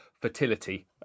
fertility